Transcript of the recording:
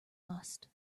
must